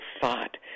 thought